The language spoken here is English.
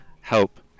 help